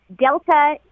Delta